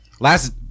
Last